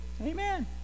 Amen